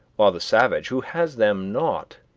while the savage, who has them not,